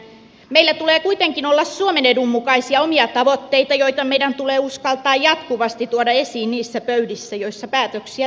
meillä tulee kuitenkin olla suomen edun mukaisia omia tavoitteita joita meidän tulee uskaltaa jatkuvasti tuoda esiin niissä pöydissä joissa päätöksiä tehdään